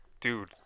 dude